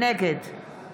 נגד